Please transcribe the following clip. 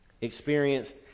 experienced